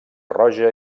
roja